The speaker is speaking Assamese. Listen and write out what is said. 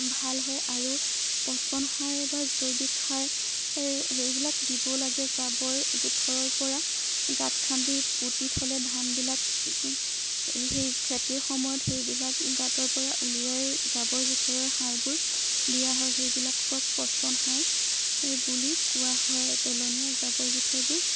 ভাল হয় আৰু পচন সাৰ বা জৈৱিক সাৰ হেৰিবিলাক দিব লাগে জাৱৰ জোঁথৰৰ পৰা গাঁত খান্দি পুতি থ'লে ধানবিলাক সেই খেতিৰ সময়ত সেইবিলাক গাঁতৰ পৰা উলিয়াই জাৱৰ জোঁথৰৰ সাৰবোৰ দিয়া হয় সেইবিলাকক পচন সাৰ বুলি কোৱা হয় পেলনীয়া জাৱৰ জোঁথৰবোৰ